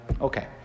Okay